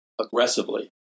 aggressively